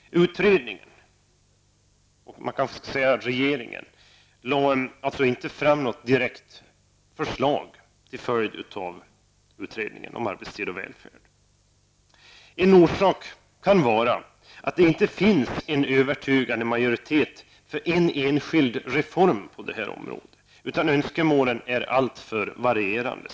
Utredningen, och man kanske skall säga regeringen, lade inte fram något direkt förslag med utgångspunkt från utredningen om arbetstid och välfärd. En orsak kan vara att det inte finns en övertygande majoritet för en enskild reform på det här området, utan man har konstaterat att önskemålen är alltför varierande.